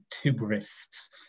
tourists